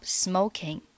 smoking